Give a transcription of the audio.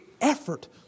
effort